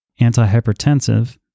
antihypertensive